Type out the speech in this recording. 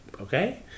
okay